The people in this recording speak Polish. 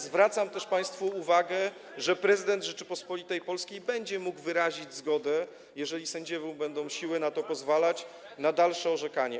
Zwracam też państwa uwagę, że prezydent Rzeczypospolitej Polskiej będzie mógł wyrazić zgodę, jeżeli sędziemu będą pozwalać na to siły, na dalsze orzekanie.